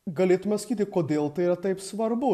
galėtume sakyti kodėl tai yra taip svarbu